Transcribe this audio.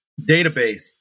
database